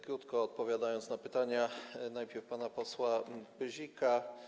Krótko odpowiem na pytania, najpierw pana posła Pyzika.